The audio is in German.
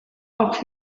auch